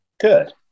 Good